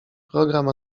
program